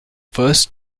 first